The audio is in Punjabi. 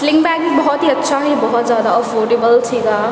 ਸਲਿੰਗ ਬੈਗ ਵੀ ਬਹੁਤ ਹੀ ਅੱਛਾ ਹੈ ਬਹੁਤ ਜ਼ਿਆਦਾ ਅਫੋਰਡੇਬਲ ਸੀਗਾ